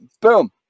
boom